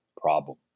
problem